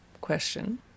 question